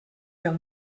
del